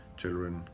children